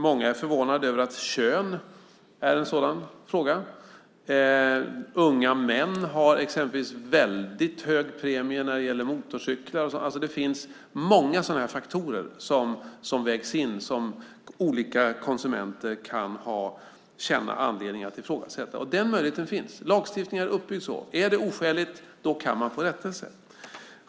Många är förvånade över att kön är en sådan faktor. Unga män har exempelvis väldigt hög premie för motorcykelförsäkring. Det finns många sådana faktorer som vägs in och som olika konsumenter kan känna att det finns anledning att ifrågasätta. Den möjligheten finns. Lagstiftningen är uppbyggd så. Är det oskäligt kan man få rättelse.